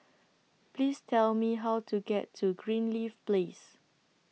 Please Tell Me How to get to Greenleaf Place